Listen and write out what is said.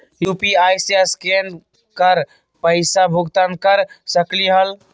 UPI से scan कर पईसा भुगतान कर सकलीहल?